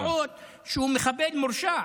מה עוד שהוא מחבל מורשע.